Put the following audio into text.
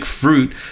fruit